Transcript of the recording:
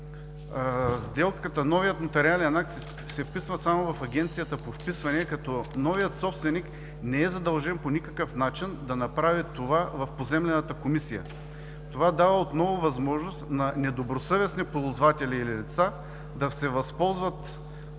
земя, новият нотариален акт се вписва само в Агенцията по вписвания, като новият собственик не е задължен по никакъв начин да направи това в Поземлената комисия. Това дава отново възможност на недобросъвестни ползватели или лица да се възползват